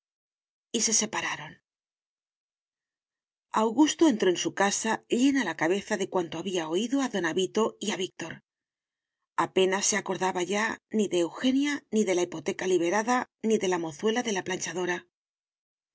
y se separaron augusto entró en su casa llena la cabeza de cuanto había oído a don avito y a víctor apenas se acordaba ya ni de eugenia ni de la hipoteca liberada ni de la mozuela de la planchadora